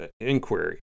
inquiry